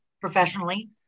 professionally